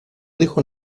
dijo